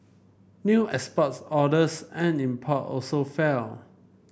new exports orders and import also fell